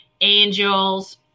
angels